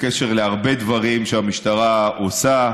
בקשר להרבה דברים שהמשטרה עושה,